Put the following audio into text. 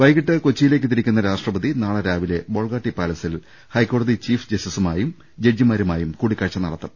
വൈകിട്ട് കൊച്ചിയിലേക്ക് തിരിക്കുന്ന രാഷ്ട്രപതി നാളെ രാവിലെ ബൊൾഗാട്ടി പാലസിൽ ഹൈക്കോടതി ചീഫ് ജസ്റ്റിസുമായും ജഡ്ജിമാരു മായും കൂടിക്കാഴ്ച നടത്തും